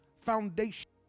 foundation